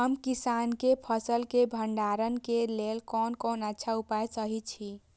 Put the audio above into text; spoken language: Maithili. हम किसानके फसल के भंडारण के लेल कोन कोन अच्छा उपाय सहि अछि?